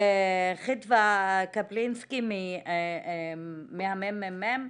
חדווה קפלינסקי מהממ"מ,